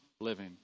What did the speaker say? living